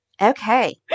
Okay